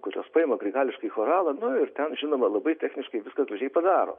kurios paima grigališkąjį choralą nu ir ten žinoma labai techniškai viską gražiai padaro